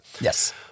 Yes